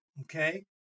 okay